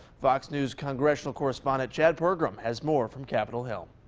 fox news congressional correspondent chad pergram has more from capitol hill.